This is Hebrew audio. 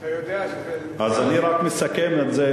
אז אני רק מסכם את זה,